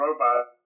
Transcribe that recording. robot